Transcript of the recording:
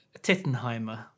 Tittenheimer